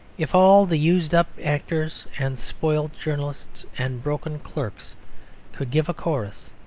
if all the used-up actors and spoilt journalists and broken clerks could give a chorus,